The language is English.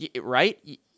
Right